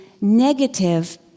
negative